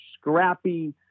scrappy